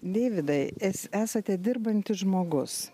deividai es esate dirbantis žmogus